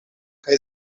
kaj